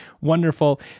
wonderful